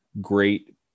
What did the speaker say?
great